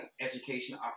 education